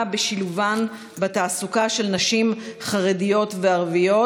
בשילובן בתעסוקה של נשים חרדיות וערביות,